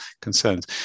concerns